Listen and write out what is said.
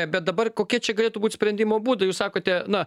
bet dabar kokie čia galėtų būt sprendimo būdai jūs sakote na